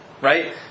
Right